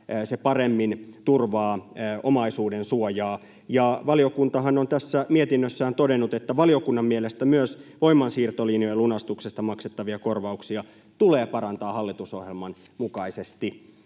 se paremmin turvaa omaisuudensuojaa. Valiokuntahan on tässä mietinnössään todennut, että valiokunnan mielestä myös voimansiirtolinjojen lunastuksesta maksettavia korvauksia tulee parantaa hallitusohjelman mukaisesti.